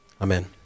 Amen